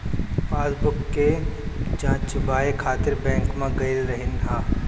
passbook के जचवाए खातिर बैंक में गईल रहनी हअ